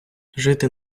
жити